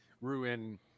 ruin